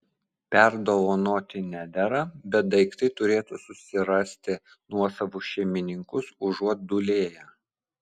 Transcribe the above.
perdovanoti nedera bet daiktai turėtų susirasti nuosavus šeimininkus užuot dūlėję